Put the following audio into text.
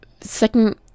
second